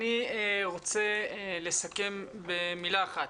אני רוצה לסכם במילה אחת.